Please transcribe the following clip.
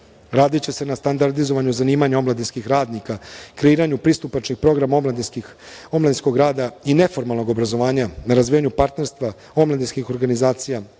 se na standardizovanju zanimanja omladinskih radnika, kreiranju pristupačnih programa omladinskog rada i neformalnog obrazovanja, na razvijanju partnerstva omladinskih organizacija